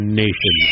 nation